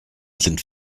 sind